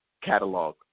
catalog